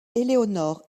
éléonore